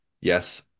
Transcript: yes